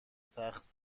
تخت